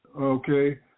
okay